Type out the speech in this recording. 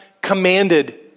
commanded